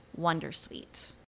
wondersuite